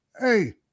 hey